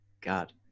God